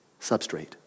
Substrate